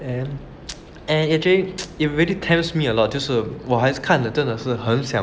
and and it actually it really tempts me a lot 就是我还是看了真的是很想 q